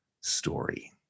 story